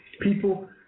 people